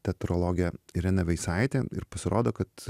teatrologė irena veisaitė ir pasirodo kad